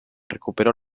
recuperó